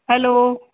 hello